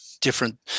Different